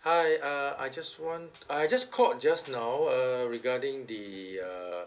hi uh I just want I just called just now uh regarding the err